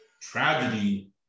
tragedy